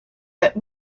that